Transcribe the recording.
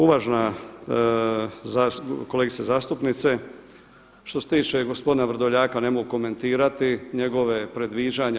Uvažena kolegice zastupnice, što se tiče gospodina Vrdoljaka ne mogu komentirati njegova predviđanja.